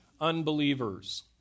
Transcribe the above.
unbelievers